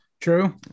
true